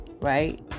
right